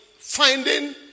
Finding